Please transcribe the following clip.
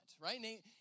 Right